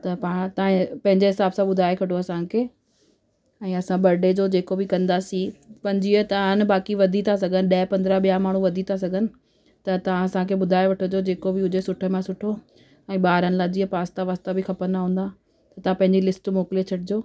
त पाण तव्हां पंहिंजे हिसाब सां ॿुधाए छॾो असांखे ऐं असां बडे जो जेको बि कंदासीं पंजुवीह त आहिनि बाक़ी वधी था सघनि ॾह पंद्रहं ॿियां माण्हू वधी था सघनि त तव्हां असांखे ॿुधाए वठिजो जेको बि हुजे सुठे मां सुठो ऐं ॿारनि लाइ जीअं पास्ता वास्ता बि खपंदा हूंदा त तव्हां पंहिंजी लिस्ट मोकिले छॾिजो